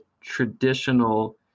traditional